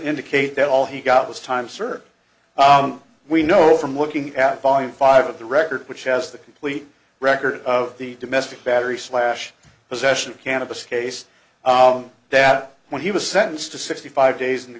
indicate that all he got was time served we know from looking at volume five of the record which has the complete record of the domestic battery slash possession of cannabis case that when he was sentenced to sixty five days in the